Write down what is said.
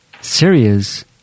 Syria's